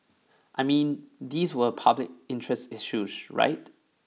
I mean these were public interest issues right